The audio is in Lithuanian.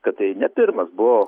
kad tai ne pirmas buvo